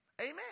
Amen